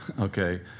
okay